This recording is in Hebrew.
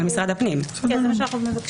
או המשך שיג ושיח בין משרד הפנים לבין חברי הכנסת